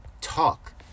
Talk